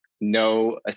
no